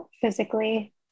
physically